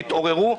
תתעוררו.